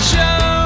Show